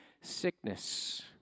sickness